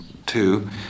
Two